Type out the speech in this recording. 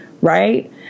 Right